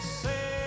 say